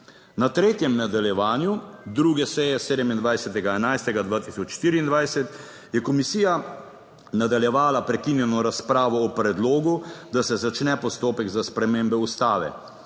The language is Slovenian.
Na 3. nadaljevanju 2. seje 27. 11. 2024 je komisija nadaljevala prekinjeno razpravo o predlogu, da se začne postopek za spremembe Ustave.